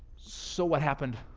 so what happened?